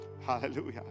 Hallelujah